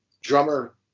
drummer